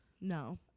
no